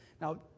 Now